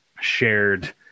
shared